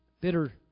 Bitter